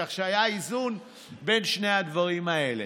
כך שהיה איזון בין שני הדברים האלה.